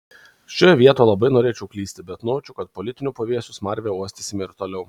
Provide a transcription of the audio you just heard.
šioje vietoje labai norėčiau klysti bet nujaučiu kad politinių puvėsių smarvę uostysime ir toliau